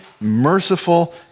merciful